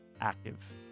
active